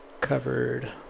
covered